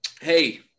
hey